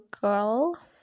girl